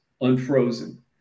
unfrozen